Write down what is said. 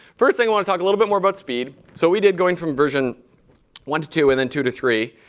first thing i want to talk a little bit more about speed. so we did going from version one to two and then two to three.